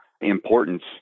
importance